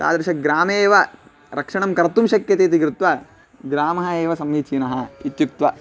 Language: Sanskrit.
तादृशग्रामे एव रक्षणं कर्तुं शक्यते इति कृत्वा ग्रामः एव सम्मीचीनः इत्युक्त्वा